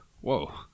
whoa